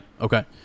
Okay